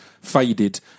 Faded